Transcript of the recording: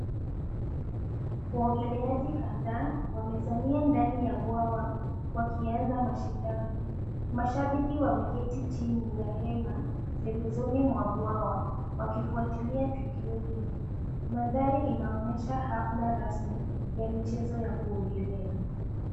Waogeleaji kadhaa wamezamia ndani ya bwawa wakianza mashindano. Mashabiki wameketi chini ya hema pembezoni mwa bwawa, wakifuatilia tukio hili. Mandhari inaonyesha hafla rasmi ya michezo ya kuogelea.